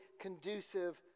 conducive